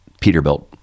peterbilt